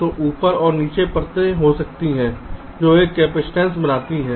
तो ऊपर और नीचे परतें हो सकती हैं जो एक कपसिटंस बनाती हैं